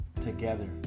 Together